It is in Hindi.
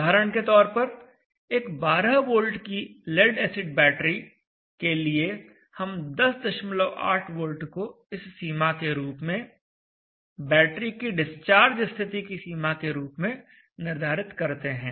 उदाहरण के तौर पर एक 12 वोल्ट की लेड एसिड बैटरी के लिए हम 108 V को इस सीमा के रूप में बैटरी की डिस्चार्ज स्थिति की सीमा के रूप में निर्धारित करते हैं